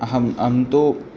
अहम् अहं तु